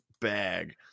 bag